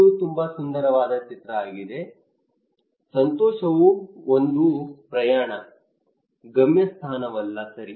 ಇದು ತುಂಬಾ ಸುಂದರವಾದ ಚಿತ್ರ ಆಗಿದೆ ಸಂತೋಷವು ಒಂದು ಪ್ರಯಾಣ ಗಮ್ಯಸ್ಥಾನವಲ್ಲ ಸರಿ